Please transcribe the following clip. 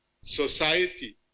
society